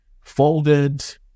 folded